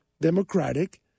democratic